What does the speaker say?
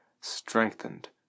strengthened